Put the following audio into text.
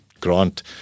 Grant